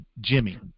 Jimmy